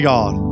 God